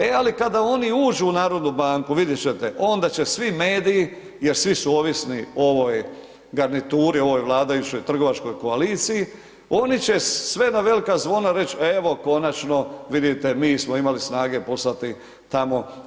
E ali kada oni uđu u NBH vidjet ćete onda će svi mediji, jer svi su ovisni o ovoj garnituri, o ovoj vladajućoj trgovačkoj koaliciji, oni će sve na velika zvona reći, evo konačno vidite mi smo imali snage poslati tamo.